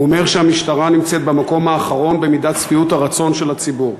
הוא אומר שהמשטרה נמצאת במקום האחרון במידת שביעות הרצון של הציבור.